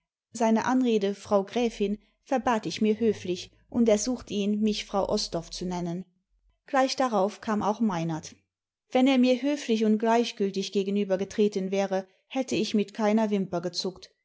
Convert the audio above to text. seine anrede frau gräfin verbat ich mir höflich imd ersuchte ihn mich frau osdorf zu nennen gleich darauf kam auch meinert wenn er mir höflich und gleichgültig gegenüber getreten wäre hätte ich nüt keiner wimper gezuckt